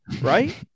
Right